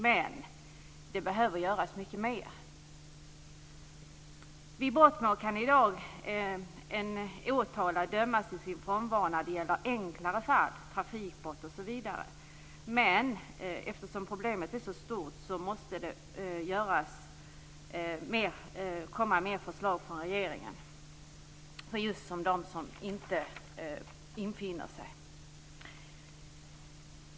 Men det behöver göras mycket mer. Vid brottmål kan i dag en åtalad dömas i sin frånvaro när det gäller enklare fall, trafikbrott osv. Men eftersom problemet är så stort måste det komma mer förslag från regeringen just i fråga om dem som inte infinner sig.